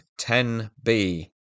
10b